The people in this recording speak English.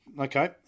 okay